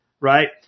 right